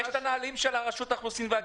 יש את הנהלים של רשות האוכלוסין וההגירה,